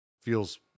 feels